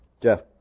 Jeff